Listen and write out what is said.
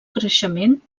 creixement